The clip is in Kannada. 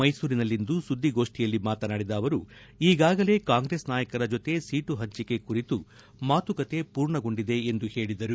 ಮ್ನೆಸೂರಿನಲ್ಲಿಂದು ಸುದ್ದಿಗೋಷ್ನಿಯಲ್ಲಿ ಮಾತನಾಡಿದ ಅವರು ಈಗಾಗಲೇ ಕಾಂಗ್ರೆಸ್ ನಾಯಕರ ಜೊತೆ ಸೀಟು ಹಂಚಿಕೆ ಕುರಿತು ಮಾತುಕತೆ ಪೂರ್ಣಗೊಂಡಿದೆ ಎಂದು ಹೇಳಿದರು